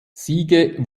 siege